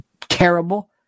terrible